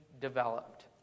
developed